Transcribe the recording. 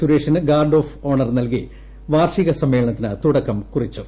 സുരേഷിന് guard of honour നൽകി വാർഷിക സമ്മേളനത്തിന് തുടക്കം കുറിച്ചു